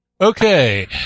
Okay